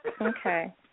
Okay